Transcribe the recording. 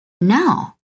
Now